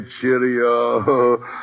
cheerio